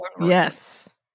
Yes